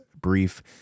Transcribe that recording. brief